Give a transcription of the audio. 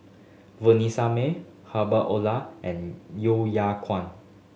Vanessa Mae Herbert and Yo Kwang